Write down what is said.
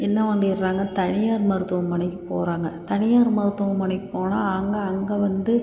என்ன பண்ணிடுறாங்க தனியார் மருத்துவமனைக்குப் போகிறாங்க தனியார் மருத்துவமனைக்குப் போனால் அங்கே அங்கே வந்து